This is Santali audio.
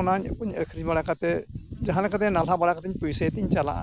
ᱚᱱᱟ ᱠᱚᱧ ᱟᱹᱠᱷᱨᱤᱧ ᱵᱟᱲᱟ ᱠᱟᱛᱮᱫ ᱡᱟᱦᱟᱸ ᱞᱮᱠᱟᱛᱮ ᱱᱟᱞᱦᱟ ᱵᱟᱲᱟ ᱠᱟᱛᱤᱧ ᱯᱚᱭᱥᱟᱧ ᱛᱤᱧ ᱪᱟᱞᱟᱜᱼᱟ